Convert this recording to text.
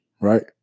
Right